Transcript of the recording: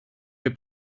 eich